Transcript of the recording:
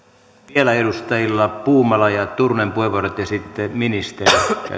vielä edustajilla puumala ja turunen puheenvuorot ja sitten ministeri käyttää